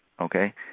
okay